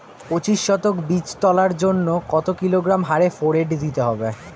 পঁচিশ শতক বীজ তলার জন্য কত কিলোগ্রাম হারে ফোরেট দিতে হবে?